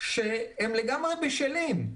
שהם לגמרי בשלים,